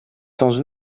sans